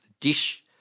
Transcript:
dish